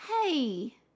Hey